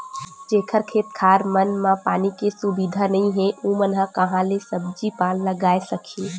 जेखर खेत खार मन म पानी के सुबिधा नइ हे ओमन ह काँहा ले सब्जी पान लगाए सकही